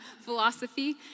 philosophy